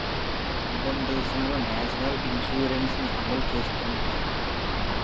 Britain దేశంలో national insurance ని అమలు చేస్తుంటారు